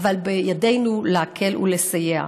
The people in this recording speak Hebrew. אבל בידינו להקל ולסייע.